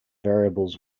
variables